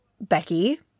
Becky